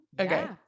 Okay